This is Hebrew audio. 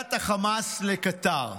הנהגת החמאס לקטאר.